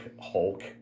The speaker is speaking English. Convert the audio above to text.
hulk